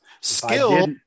skill